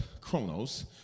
chronos